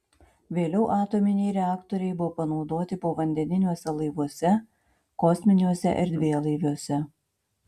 vėliau atominiai reaktoriai buvo panaudoti povandeniniuose laivuose kosminiuose erdvėlaiviuose